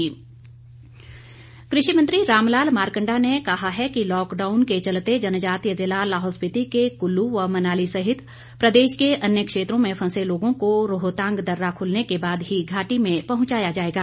मारकंडा कृषि मंत्री रामलाल मारकंडा ने कहा है कि लॉकडाउन के चलते जनजातीय जिला लाहौल स्पीति के कल्लू व मनाली सहित प्रदेश के अन्य क्षेत्रों में फंसे लोगों को रोहतांग दर्रा खुलने के बाद ही घाटी में पहुंचाया जाएगा